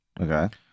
Okay